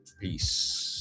Peace